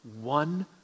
One